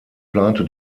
plante